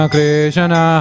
Krishna